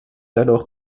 alors